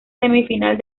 semifinal